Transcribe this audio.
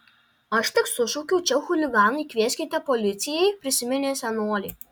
aš tik sušaukiau čia chuliganai kvieskite policijai prisiminė senolė